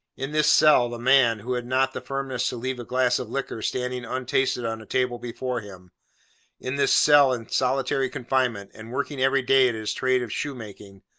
in this cell, the man, who had not the firmness to leave a glass of liquor standing untasted on a table before him in this cell, in solitary confinement, and working every day at his trade of shoemaking,